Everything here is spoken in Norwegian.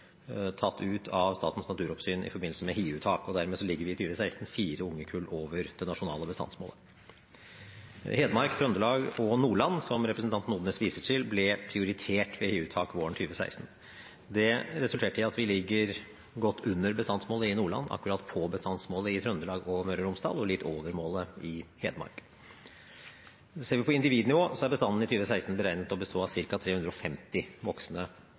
tatt ut av Statens naturoppsyn i forbindelse med hiuttak. Dermed ligger vi i 2016 fire ungekull over det nasjonale bestandsmålet. Hedmark, Trøndelag og Nordland, som representanten Odnes viser til, ble prioritert ved hiuttak våren 2016. Det resulterte i at vi ligger godt under bestandsmålet i Nordland, akkurat på bestandsmålet i Trøndelag og Møre og Romsdal, og litt over målet i Hedmark. Ser vi på individnivå, er bestanden i 2016 beregnet til å bestå av ca. 350 voksne